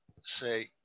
say